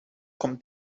kommt